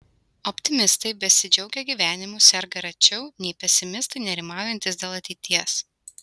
optimistai besidžiaugią gyvenimu serga rečiau nei pesimistai nerimaujantys dėl ateities